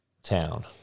town